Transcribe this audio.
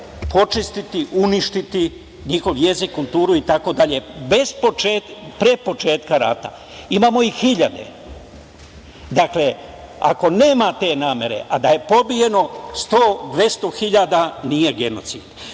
počistiti, uništiti njihov jezik, kulturu itd. pre početka rata. Imamo ih hiljade. Dakle, ako nema te namere, a da je pobijeno 100.000, 200.000 nije